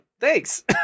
thanks